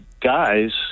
guys